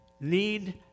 need